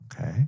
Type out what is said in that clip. Okay